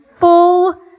Full